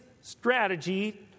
strategy